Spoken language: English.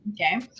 okay